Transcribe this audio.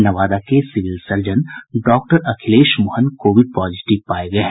नवादा के civil surgeon doctor Akhilesh Mohan covid positive पाये गये हैं